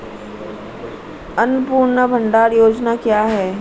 अन्नपूर्णा भंडार योजना क्या है?